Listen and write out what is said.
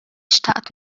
xtaqt